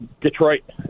Detroit